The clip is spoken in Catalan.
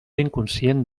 inconscient